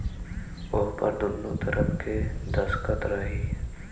ओहपर दुन्नो तरफ़ के दस्खत रही